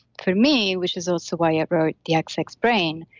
for me, which is also why i wrote the xx xx brain,